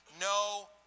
no